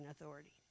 Authority